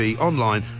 online